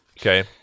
Okay